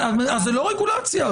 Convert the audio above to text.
זה לא רגולציה.